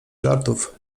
żartów